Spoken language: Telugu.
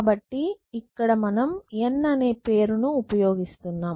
కాబట్టి ఇక్కడ మనం N అనే పేరుని ఉపయోగిస్తున్నాం